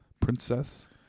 Princess